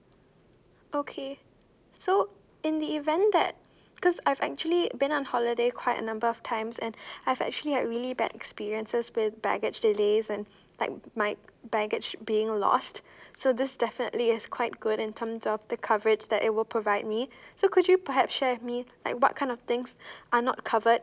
okay so in the event that because I've actually been on holiday quite a number of times and I've actually had really bad experiences with baggage delays and like my baggage being lost so this definitely is quite good in terms of the coverage that it will provide me so could you perhaps share with me like what kind of things are not covered